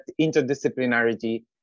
interdisciplinarity